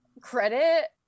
credit